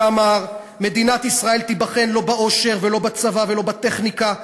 שאמר: "מדינת ישראל תיבחן לא בעושר ולא בצבא ולא בטכניקה,